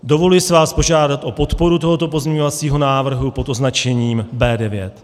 Dovoluji si vás požádat o podporu tohoto pozměňovacího návrhu pod označením B9.